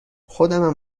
خودمم